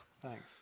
Thanks